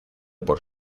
por